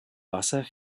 wasser